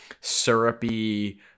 syrupy